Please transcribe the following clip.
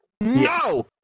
no